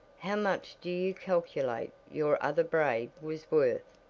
how much do you calculate your other braid was worth?